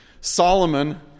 Solomon